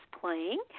playing